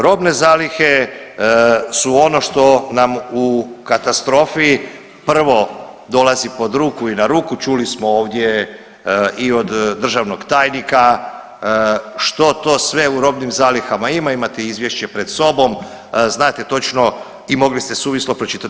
Robne zalihe su ono što nam u katastrofi prvo dolazi pod ruku i na ruku, čuli smo ovdje i od državnog tajnika što to sve u robnim zalihama ima, imate izvješće pred sobom, znate točno i mogli ste suvislo pročitati.